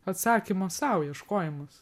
atsakymo sau ieškojimas